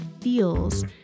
feels